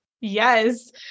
Yes